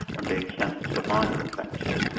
and being sentenced for minor offences.